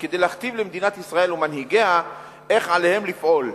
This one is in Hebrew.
כדי להכתיב למדינת ישראל ומנהיגיה איך עליהם לפעול,